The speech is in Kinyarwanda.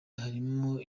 harimo